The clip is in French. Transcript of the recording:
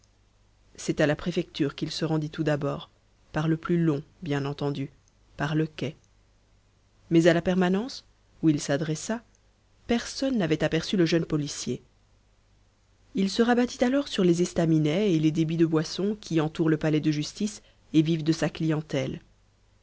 c'est à la préfecture qu'il se rendit tout d'abord par le plus long bien entendu par le quai mais à la permanence où il s'adressa personne n'avait aperçu le jeune policier il se rabattit alors sur les estaminets et les débits de boissons qui entourent le palais de justice et vivent de sa clientèle